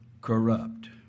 corrupt